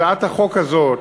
הצעת החוק הזאת